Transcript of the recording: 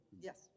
Yes